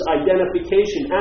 identification